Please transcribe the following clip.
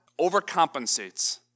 overcompensates